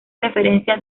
referencia